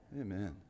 amen